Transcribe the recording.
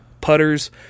putters